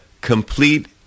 complete